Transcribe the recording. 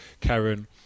karen